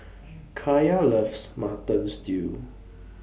Kaya loves Mutton Stew